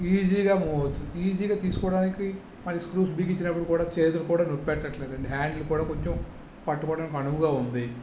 ఈజీగా మూవ్ అవుతుంది ఈజీగా తీసుకోవడానికి మళ్ళీ స్క్రూస్ బిగించినప్పుడు కూడా చేతులు కూడా నొప్పులు పెట్టట్లేదు అండి హ్యాండిల్ కూడా కొంచెం పట్టుకోవడానికి అనువుగా ఉంది